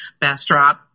Bastrop